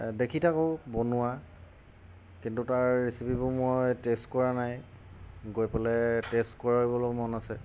দেখি থাকোঁ বনোৱা কিন্তু তাৰ ৰেচিপিবোৰ মই টেষ্ট কৰা নাই গৈ পেলাই টেষ্ট কৰিবলৈও মন আছে